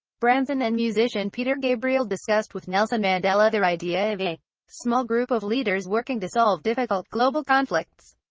branson and musician peter gabriel discussed with nelson mandela their idea of a small group of leaders working to solve difficult global conflicts.